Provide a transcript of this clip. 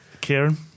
Kieran